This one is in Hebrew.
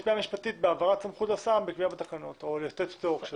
יש בעיה משפטית בהעברת סמכות לשר בקביעה בתקנות או לתת פטור.